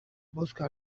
bozka